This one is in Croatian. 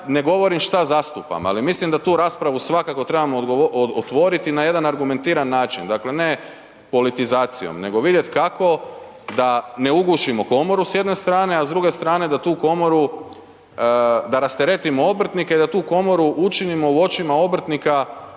ne govorim šta zastupam ali mislim da tu raspravu svakako trebamo otvoriti na jedan argumentiran način, dakle ne politizacijom nego vidjet kako da ne ugušimo komoru s jedne strane a s druge strane da tu komoru, da rasteretimo obrtnike i da tu komoru učinimo u očima obrtnika važnom